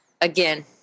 again